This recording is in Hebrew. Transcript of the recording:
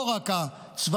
לא רק הצבאיות,